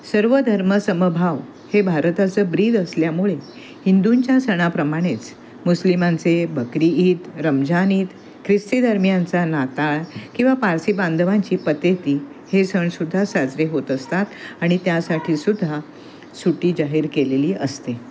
सर्व धर्मसमभाव हे भारताचं ब्रीद असल्यामुळे हिंदूंच्या सणाप्रमाणेच मुस्लिमांचे बकरी ईद रमझान ईद ख्रिस्ती धर्मियांचा नााताळ किंवा पारसी बांधवांची पतेती हे सणसुद्धा साजरे होत असतात आणि त्यासाठीसुद्धा सुट्टी जाहीर केलेली असते